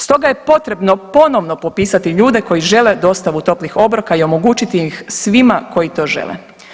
Stoga je potrebno ponovo popisati ljude koji žele dostavu toplih obroka i omogućiti ih svima koji to žele.